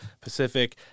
Pacific